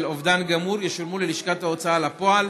אובדן גמור ישולמו ללשכת ההוצאה לפועל